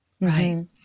Right